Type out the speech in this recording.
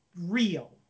real